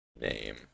Name